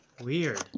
Weird